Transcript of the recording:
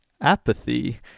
apathy